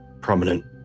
prominent